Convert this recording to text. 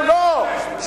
הם כבר היו בלוב.